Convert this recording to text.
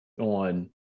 on